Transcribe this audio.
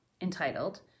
entitled